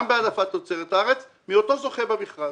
גם בהעדפת תוצרת הארץ מאותו זוכה במכרז.